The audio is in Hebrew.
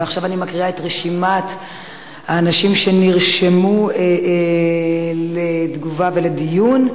ועכשיו אני מקריאה את רשימת האנשים שנרשמו לתגובה ולדיון,